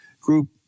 group